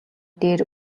дээр